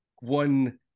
one